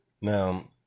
Now